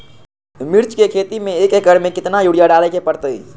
मिर्च के खेती में एक एकर में कितना यूरिया डाले के परतई?